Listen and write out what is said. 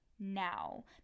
now